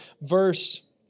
verse